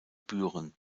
büren